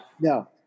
no